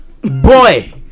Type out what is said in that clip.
boy